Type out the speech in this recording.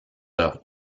leur